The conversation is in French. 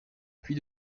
puy